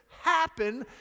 happen